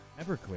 Everclear